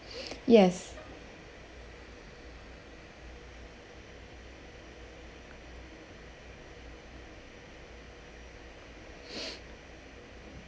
yes